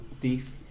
Thief